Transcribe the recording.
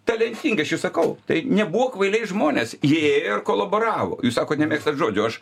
talentingi aš ir sakau tai nebuvo kvailiai žmonės jie ėjo ir kolaboravo sakot nemėgstat žodžio o aš